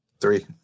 three